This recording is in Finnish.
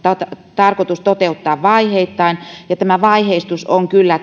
tarkoitus toteuttaa vaiheittain ja tämä vaiheistus on kyllä